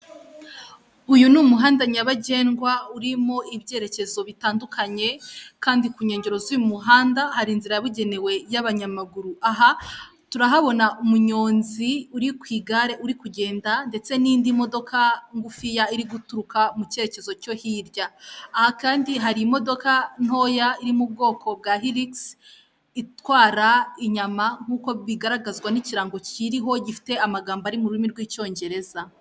Uyu ni umuhanda nyabagendwa urimo ibyerekezo bitandukanye, kandi ku nkengero z'uyu muhanda hari inzira yabugenewe y'abanyamaguru. Aha turahabona umunyonzi uri ku igare uri kugenda, ndetse n'indi modoka ngufiya iri guturuka mu cyerekezo cyo hirya. Aha kandi hari imodoka ntoya iri mu bwoko bwa hirigisi itwara inyama, nk' uko bigaragazwa n'ikirango kiriho gifite amagambo ari mu rurimi rw'icyongereza.